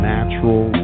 Natural